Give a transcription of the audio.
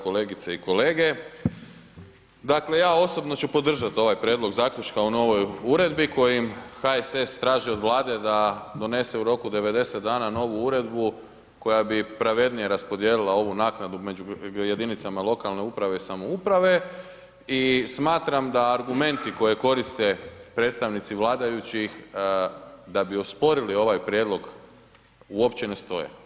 Kolegice i kolege, dakle, ja osobno ću podržat ovaj prijedlog zaključka o novoj uredbi kojim HSS traži od Vlade da donese u roku 90 dana novu uredbu koja bi pravednije raspodijelila ovu naknadu među jedinicama lokalne uprave i samouprave i smatram da argumenti koje koriste predstavnici vladajućih da bi osporili ovaj prijedlog, uopće ne stoje.